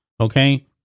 Okay